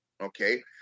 okay